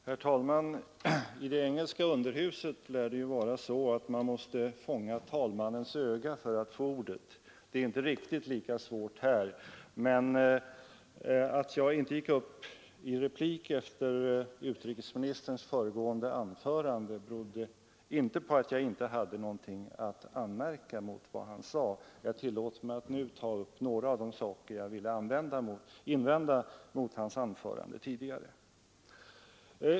Herr talman! I det engelska underhuset lär det vara så, att man måste fånga talmannens öga för att få ordet. Det är inte riktigt lika svårt här, men att jag inte gick upp i replik efter utrikesministerns föregående anförande berodde inte på att jag inte hade någonting att anmärka mot vad han sade. Jag tillåter mig att strax ta upp några av de saker jag ville invända mot i hans anförande.